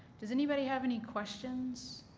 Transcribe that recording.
does anybody have any questions?